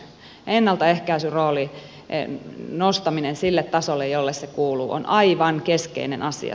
ennaltaehkäisyn roolin nostaminen sille tasolle jolle se kuuluu on aivan keskeinen asia